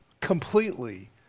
completely